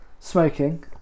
Smoking